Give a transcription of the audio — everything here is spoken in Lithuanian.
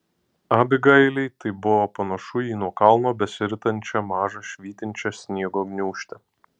abigailei tai buvo panašu į nuo kalno besiritančią mažą švytinčią sniego gniūžtę